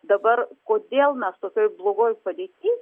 dabar kodėl mes tokioj blogoj padėty